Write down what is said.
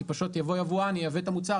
כי פשוט יבוא יבואן וייבא את המוצר,